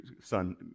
Son